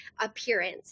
appearance